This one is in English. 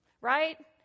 right